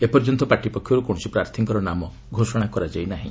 ଏପର୍ଯ୍ୟନ୍ତ ପାର୍ଟି ପକ୍ଷରୁ କୌଣସି ପ୍ରାର୍ଥୀଙ୍କର ନାମ ଘୋଷଣା କରାଯାଇ ନାହିଁ